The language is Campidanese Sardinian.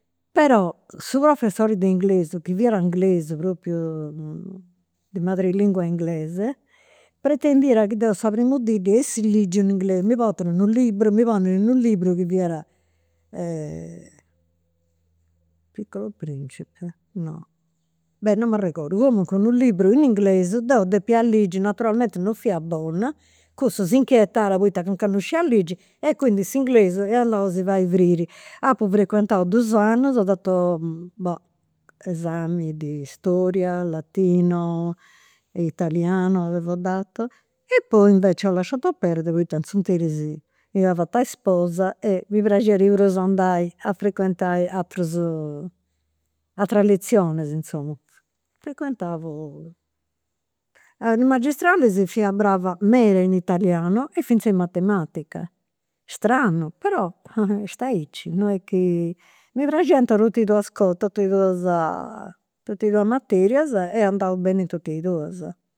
Però su professori de inglesu, chi fiat inglesu propriu de madre lingua inglese, pretendiat chi deu sa primu dì ddi essi ligiu in inglesu. Mi portat unu liburu, mi ponniri unu liburu chi fiat il piccolo principe? No. Beh non m'arregodu. Comunque unu liburu in inglesu, deu depia ligi, naturalmenti non fia bona, cussu s'inchietat poita ca non scia ligi e quindi s'inglesu est andau a si fai friri. Apu frequentau dus annus ho dato bah esami di storia, latino, italiano, avevo dato, e poi invece ho lasciato perdere poita in s'interis a isposa e mi praxiat de prus andai a frequentai aterus ateras lezionis insoma. Frequentavo, me i' magistralis fia brava meda in italiano e finzas in matematica. Stranu, però, est aici, non est chi. Mi praxiant tot'e duas is cosas tot'e duas i materias e andau beni in tot'e duas.